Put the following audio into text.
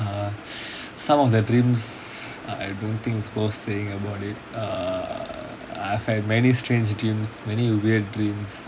err some of the dreams I don't think is worth saying about it err I've had many strange dreams very weird dreams